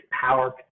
power